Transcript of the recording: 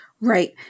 Right